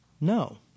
No